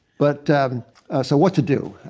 but so what to do?